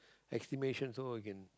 estimation so you can